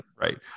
Right